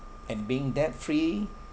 and being debt free